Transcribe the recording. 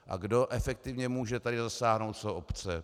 A kdo efektivně může tady zasáhnout, jsou obce.